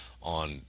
on